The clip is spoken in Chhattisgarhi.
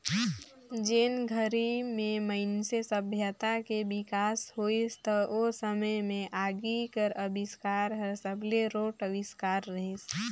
जेन घरी में मइनसे सभ्यता के बिकास होइस त ओ समे में आगी कर अबिस्कार हर सबले रोंट अविस्कार रहीस